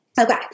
Okay